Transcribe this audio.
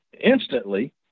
instantly